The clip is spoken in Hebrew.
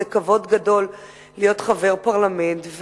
זה כבוד גדול להיות חבר פרלמנט,